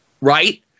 right